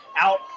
out